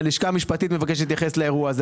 הלשכה המשפטית מבקשת להתייחס לזה.